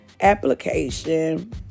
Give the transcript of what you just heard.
application